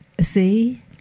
See